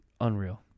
Unreal